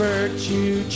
Virtue